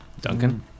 Duncan